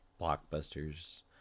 blockbusters